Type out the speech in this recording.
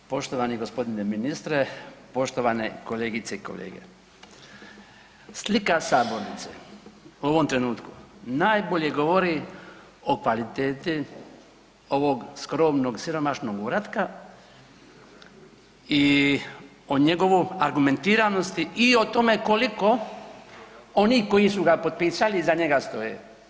Poštovani gospodine ministre, poštovane kolegice i kolege, slika sabornice u ovom trenutku najbolje govori o kvaliteti ovog skromnog, siromašnog uratka i o njegovoj argumentiranosti i o tome koliko oni koji su ga potpisali iza njega stoje.